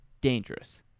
dangerous